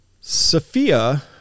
Sophia